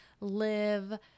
live